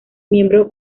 miembro